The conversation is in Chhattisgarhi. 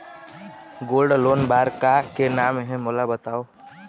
गोल्ड लोन बार का का नेम हे, मोला बताव?